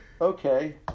okay